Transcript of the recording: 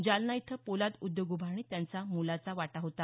जालना इथं पोलाद उद्योग उभारणीत त्यांचा मोलाचा वाटा आहे